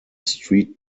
street